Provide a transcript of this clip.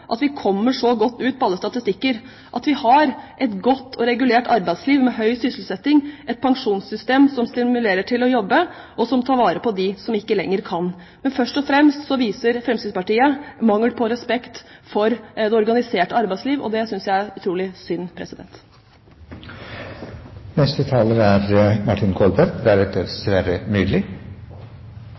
at vi kommer så godt ut på alle statistikker, at vi har et godt og regulert arbeidsliv med høy sysselsetting, et pensjonssystem som stimulerer til å jobbe, og som tar vare på dem som ikke lenger kan. Men først og fremst viser Fremskrittspartiet mangel på respekt for det organiserte arbeidsliv, og det synes jeg er utrolig synd. Jeg vil si det slik at dette synes jeg er